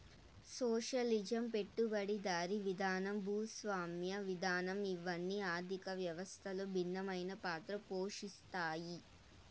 socialism పెట్టుబడిదారీ విధానం భూస్వామ్య విధానం ఇవన్ని ఆర్థిక వ్యవస్థలో భిన్నమైన పాత్ర పోషిత్తాయి